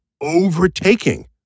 overtaking